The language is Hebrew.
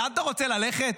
לאן אתה רוצה ללכת?